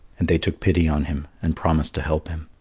and they took pity on him, and promised to help him.